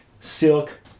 silk